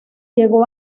llegó